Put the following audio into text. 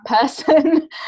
person